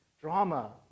Drama